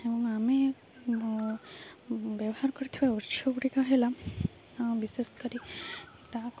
ଏବଂ ଆମେ ବ୍ୟବହାର କରୁଥିବା ଉତ୍ସ ଗୁଡ଼ିକ ହେଲା ବିଶେଷ କରି ତାକୁ